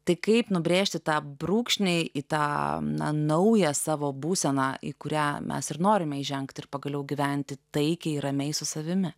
tai kaip nubrėžti tą brūkšnį į tą naują savo būseną į kurią mes ir norime įžengti ir pagaliau gyventi taikiai ramiai su savimi